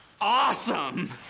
awesome